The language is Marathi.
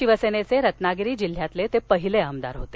शिवसेनेधे रत्नागिरी जिल्ह्यातले ते पहिले आमदार होते